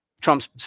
trump's